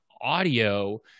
audio